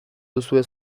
duzue